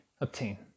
obtain